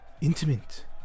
Intimate